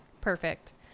Perfect